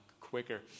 quicker